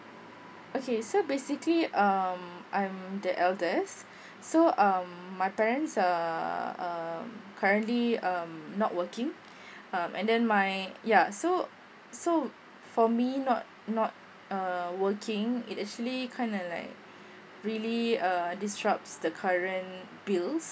okay so basically um I am the elders so um my parents uh um currently um not working um and then my ya so so for me not not err working it actually kind of like really err disrupts the current bills